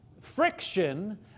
friction